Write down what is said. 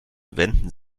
wenden